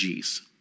Gs